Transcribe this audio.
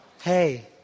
Hey